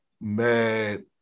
mad